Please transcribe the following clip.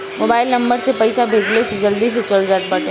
mobile number से पईसा भेजला से जल्दी से चल जात बाटे